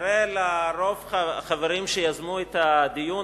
כנראה לרוב החברים שיזמו את הדיון,